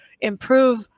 improve